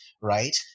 right